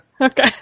Okay